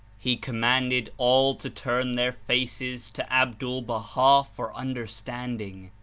he commanded all to turn their faces to abdul-baha for understanding,